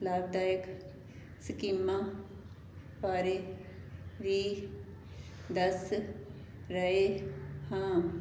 ਲਾਭਦਾਇਕ ਸਕੀਮਾਂ ਬਾਰੇ ਵੀ ਦੱਸ ਰਹੇ ਹਾਂ